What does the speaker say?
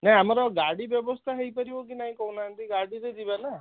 ନାଇଁ ଆମର ଗାଡ଼ି ବ୍ୟବସ୍ଥା ହୋଇପାରିବ କି ନାହିଁ କହୁ ନାହାନ୍ତି ଗାଡ଼ିରେ ଯିବା ନା